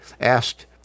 asked